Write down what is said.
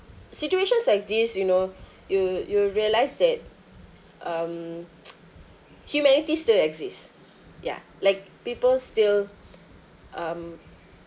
situations like this you know you you'll realise that um humanity still exist ya like people still um